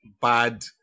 bad